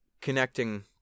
connecting